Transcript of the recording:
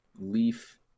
leaf